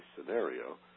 scenario